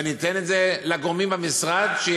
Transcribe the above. ואני אתן את זה לגורמים במשרד כדי